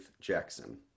Jackson